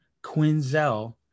Quinzel